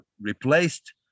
replaced